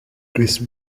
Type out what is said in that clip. chris